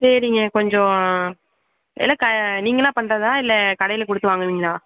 சரிங்க கொஞ்சம் எல்லாம் க நீங்களாக பண்ணுறதா இல்லை கடையில் கொடுத்து வாங்குவீங்களா